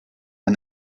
and